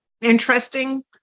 interesting